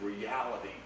reality